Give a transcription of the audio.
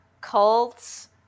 cults